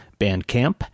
Bandcamp